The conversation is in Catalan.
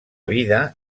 vida